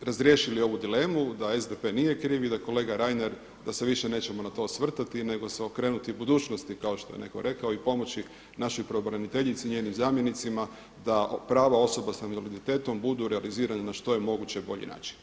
razriješili ovu dilemu da SDP nije kriv i da, kolega Reiner, da se više nećemo na to osvrtati nego se okrenuti budućnosti kao što je netko rekao i pomoći našoj pravobraniteljici i njenim zamjenicima da prava osoba s invaliditetom budu realizirana na što je moguće bolji način.